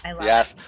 Yes